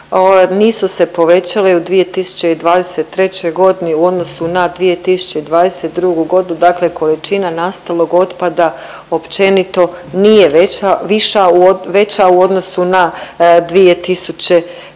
nisu se povećale u 2023. godini u odnosu na 2022. godinu, dakle količina nastalog otpada općenito nije veća, viša, veća u odnosu na 2022. godinu.